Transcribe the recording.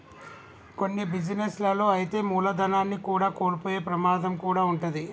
కొన్ని బిజినెస్ లలో అయితే మూలధనాన్ని కూడా కోల్పోయే ప్రమాదం కూడా వుంటది